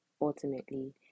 ultimately